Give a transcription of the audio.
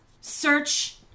Search